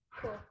Cool